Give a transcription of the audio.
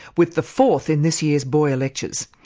with the fourth in this year's boyer lectures.